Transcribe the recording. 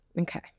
Okay